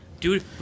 dude